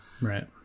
Right